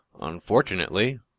Unfortunately